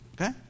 Okay